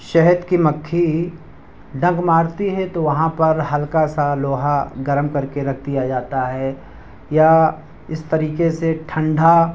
شہد کی مکھی ڈنک مارتی ہے تو وہاں پر ہلکا سا لوہا گرم کر کے رکھ دیا جاتا ہے یا اس طریقے سے ٹھنڈھا